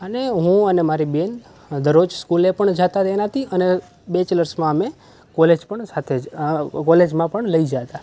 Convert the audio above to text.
અને હું અને મારી બહેન દરરોજ સ્કૂલે પણ જતાં એનાથી અને બેચલર્સમાં અમે કોલેજ પણ સાથે જ કોલેજમાં પણ લઈ જતાં